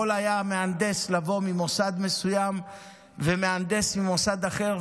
יכול היה לבוא מהנדס ממוסד מסוים ומהנדס ממוסד אחר,